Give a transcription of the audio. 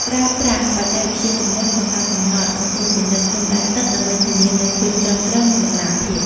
ប្រើប្រាស់បច្ចេកវិទ្យាទំនើប ក្នុងការកំណត់ និងត្រួតពិនិត្យព្រំដែនទឹក ដើម្បីធានានូវភាពត្រឹមត្រូវ និងតម្លាភាព។